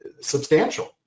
substantial